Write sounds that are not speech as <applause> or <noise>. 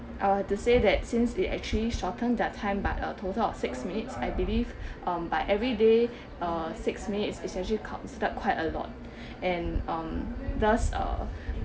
uh to say that since it actually shorten their time by a total of six minutes I believe <breath> um by every day uh six minutes is actually considered quite a lot <breath> and um thus uh